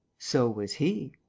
so was he.